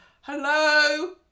Hello